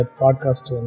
podcast